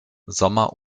sommer